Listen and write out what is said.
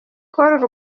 call